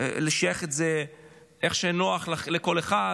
לשייך את זה איך שנוח לך לכל אחד,